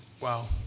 Wow